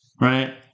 right